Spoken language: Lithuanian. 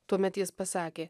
tuomet jis pasakė